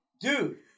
Dude